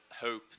hope